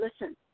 Listen